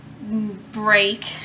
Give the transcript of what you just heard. break